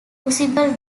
possible